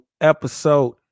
episode